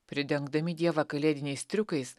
pridengdami dievą kalėdiniais triukais